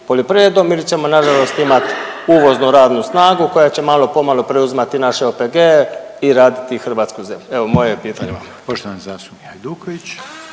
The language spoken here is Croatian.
poljoprivredom ili ćemo nažalost imat uvoznu radnu snagu koja će malo pomalo preuzimati naše OPG-e i raditi hrvatsku zemlju? Evo moje je pitanje vama. **Reiner, Željko